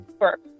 work